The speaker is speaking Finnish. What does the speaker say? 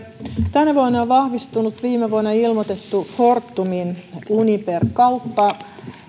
tänä vuonna on vahvistunut viime vuonna ilmoitettu fortumin uniper kauppa